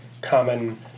common